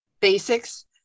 basics